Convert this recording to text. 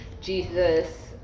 jesus